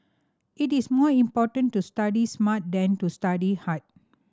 it is more important to study smart than to study hard